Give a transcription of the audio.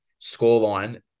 scoreline